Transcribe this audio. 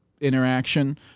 interaction